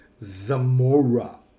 Zamora